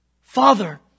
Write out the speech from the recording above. Father